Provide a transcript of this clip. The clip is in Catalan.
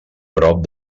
prop